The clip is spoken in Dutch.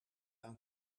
aan